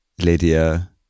Lydia